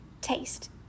Taste